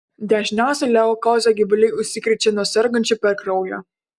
dažniausiai leukoze gyvuliai užsikrečia nuo sergančių per kraują